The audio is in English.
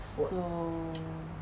so